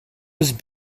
was